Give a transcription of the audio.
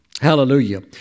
Hallelujah